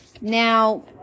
Now